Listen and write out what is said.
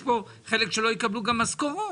יש פה חלק שלא יקבלו גם משכורות.